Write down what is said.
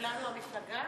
כולנו, המפלגה?